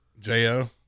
J-O